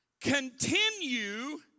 Continue